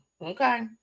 okay